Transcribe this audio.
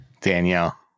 Danielle